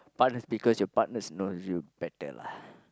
partners because your partners knows you better lah